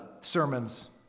sermons